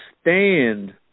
stand